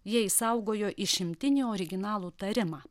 jie išsaugojo išimtinį originalų tarimą